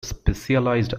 specialized